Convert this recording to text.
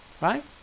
right